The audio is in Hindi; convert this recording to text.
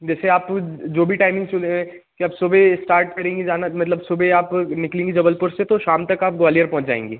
जैसे आप जो भी टाइमिंग चुने कि आप सुबह इस्टार्ट करेंगी जाना मतलब सुबह आप निकलेंगी जबलपुर से तो शाम तक आप ग्वालियर पहुँच जाएंगी